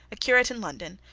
a curate in london,